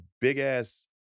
big-ass